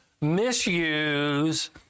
misuse